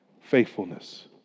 Faithfulness